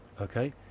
okay